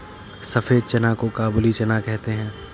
सफेद चना को काबुली चना कहते हैं